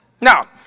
Now